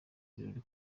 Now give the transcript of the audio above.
ibirori